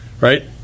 right